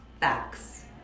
facts